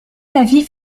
l’avis